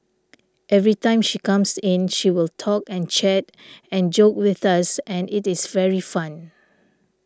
every time she comes in she will talk and chat and joke with us and it is very fun